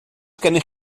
gennych